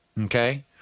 okay